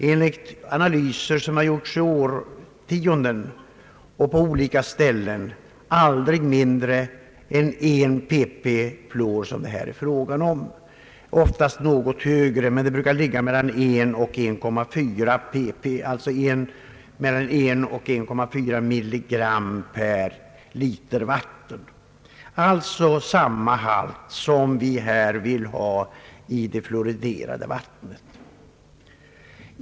Enligt analyser som gjorts under årtionden och på olika ställen innehåller oceanernas vatten aldrig mindre än 1 pp fluor — fluorhalten brukar ligga mellan 1 och 1,4 pp, alltså mellan 1 och 1,4 milligram per liter vatten. Det är denna fluorhalt vi här vill ha i det fluoriderade vattnet.